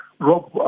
Rob